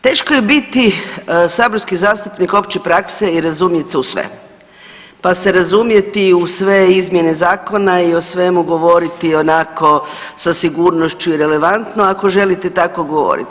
Teško je biti saborski zastupnik opće prakse i razumjeti se u sve, pa se razumjeti u sve izmjene zakona i o svemu govoriti onako sa sigurnošću i relevantno ako želite tako govoriti.